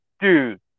dude